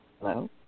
Hello